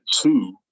two